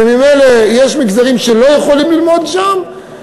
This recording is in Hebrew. וממילא יש מגזרים שלא יכולים ללמוד שם,